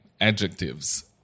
adjectives